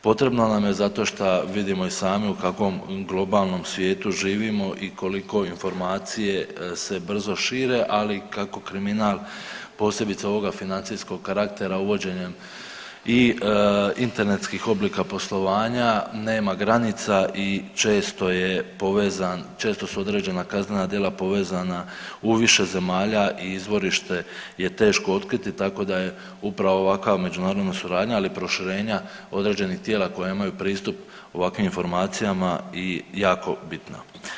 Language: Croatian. Potrebna nam je zato što vidimo i sami u kakvom globalnom svijetu živimo i koliko informacije se brzo šire, ali kako kriminal posebice ovoga financijskog karaktera uvođenjem i internetskih oblika poslovanja nema granica i često je povezan, često su određena kaznena djela povezana u više zemalja i izvorište je teško otkriti tako da je upravo ovakva međunarodna suradnja, ali i proširenja određenih tijela koja imaju pristup ovakvim informacija i jako bitna.